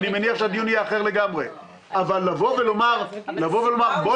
הדיון יהיה אחר לגמרי .אבל לומר: בואו